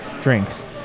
drinks